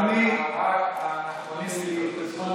האנכרוניסטי.